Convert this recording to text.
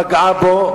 פגעה בו,